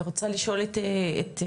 אני רוצה לשאול את נקש,